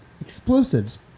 explosives